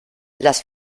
las